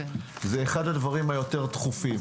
זה אחד הדברים היותר דחופים.